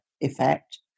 effect